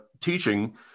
teaching